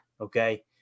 okay